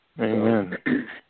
Amen